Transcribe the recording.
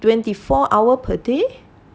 twenty four hour per day